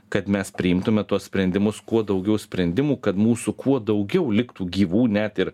kad mes priimtume tuos sprendimus kuo daugiau sprendimų kad mūsų kuo daugiau liktų gyvų net ir